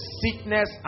sickness